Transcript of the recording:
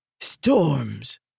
Storms